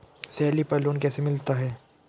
Salary पर loan कैसे मिलता है?